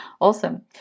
awesome